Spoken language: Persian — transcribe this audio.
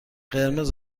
قرمز